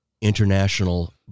International